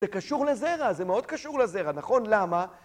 זה קשור לזרע, זה מאוד קשור לזרע, נכון? למה?